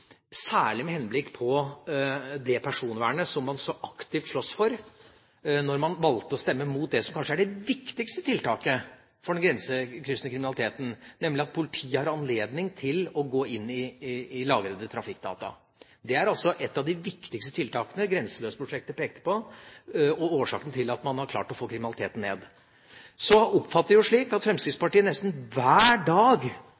særlig med henblikk på det personvernet som man så aktivt sloss for da man valgte å stemme mot det som kanskje er det viktigste tiltaket for den grensekryssende kriminaliteten, nemlig at politiet har anledning til å gå inn i lagrede trafikkdata. Det er altså et av de viktigste tiltakene Grenseløs-prosjektet pekte på, og årsaken til at man har klart å få kriminaliteten ned. Så oppfatter jeg det slik at Fremskrittspartiet nesten hver dag